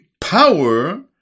power